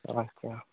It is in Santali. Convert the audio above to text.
ᱟᱪᱪᱷᱟ